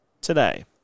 today